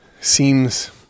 seems